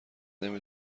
نمی